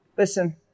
Listen